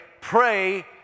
pray